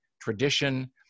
tradition